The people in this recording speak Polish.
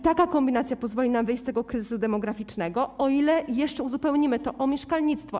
Taka kombinacja pozwoli nam wyjść z tego kryzysu demograficznego, o ile jeszcze uzupełnimy to o mieszkalnictwo.